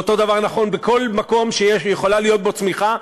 ואותו דבר נכון בכל מקום שיכולה להיות בו צמיחה.